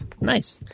nice